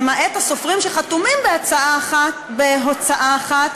למעט הסופרים שחתומים בהוצאה אחת,